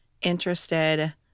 interested